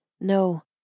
No